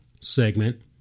segment